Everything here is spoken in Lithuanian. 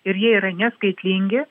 ir jie yra neskaitlingi